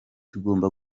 tugomba